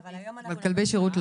--- אבל כלבי שירות לא.